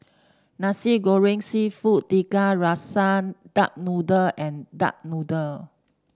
Nasi Goreng seafood Tiga Rasa Duck Noodle and Duck Noodle